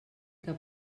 que